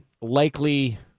likely